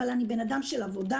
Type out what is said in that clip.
אבל אני בן אדם של עבודה,